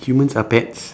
humans are pets